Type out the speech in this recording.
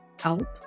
help